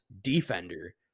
defender